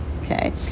okay